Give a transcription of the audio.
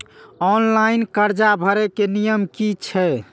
Online कर्जा भरे के नियम की छे?